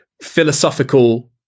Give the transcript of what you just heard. philosophical